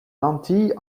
lentilles